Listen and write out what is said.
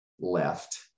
left